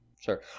Sure